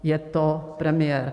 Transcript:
Je to premiér.